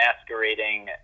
masquerading